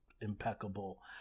impeccable